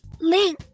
Link